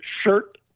shirt